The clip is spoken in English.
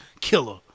killer